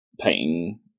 painting